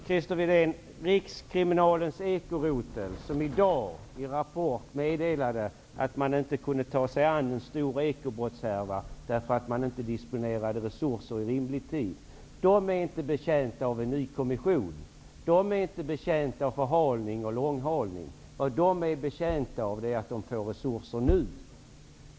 Herr talman! Rikskriminalens ekorotel, som i dag i Rapport meddelade att man inte kunde ta sig an en stor ekobrottshärva därför att man inte disponerade resurser i rimlig tid, är inte betjänt av en ny kommission. Den är inte betjänt av förhalning. Det den är betjänt av är att få resurser nu.